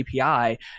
API